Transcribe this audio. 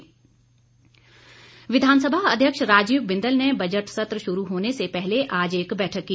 सर्वदलीय बैठक विधानसभा अध्यक्ष राजीव बिंदल ने बजट सत्र शुरू होने से पहले आज एक बैठक की